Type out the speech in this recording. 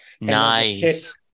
Nice